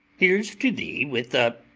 here's to thee with a